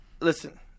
listen